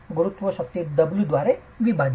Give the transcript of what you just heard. y2 गुरुत्व शक्ती W द्वारे विभाजित